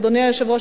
אדוני היושב-ראש,